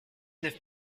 neuf